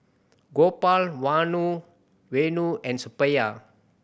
Gopal Vanu and Suppiah